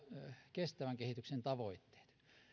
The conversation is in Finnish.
kestävän kehityksen tavoitteet